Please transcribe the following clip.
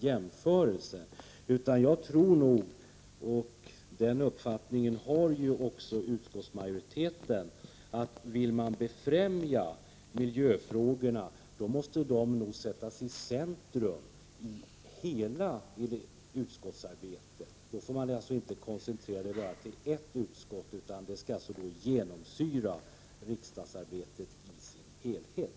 Jag tror, och den uppfattningen har ju också utskottsmajoriteten, att vill man befrämja miljöfrågorna måste dessa sättas i centrum i allt utskottsarbete. De skall alltså inte koncentreras till ert utskott utan genomsyra riksdagsarbetet i dess helhet.